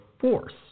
force